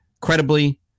credibly